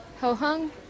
Ho-hung